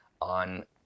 on